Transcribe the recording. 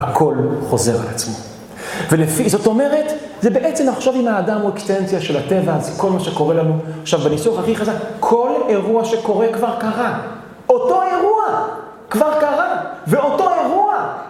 הכל חוזר על עצמו. ולפי, זאת אומרת, זה בעצם עכשיו אם האדם הוא אקסטנציה של הטבע, אז כל מה שקורה לנו עכשיו בניסוח הכי חזק, כל אירוע שקורה כבר קרה. אותו אירוע כבר קרה, ואותו אירוע.